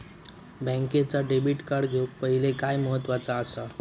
बँकेचा debit card घेउक पाहिले काय महत्वाचा असा?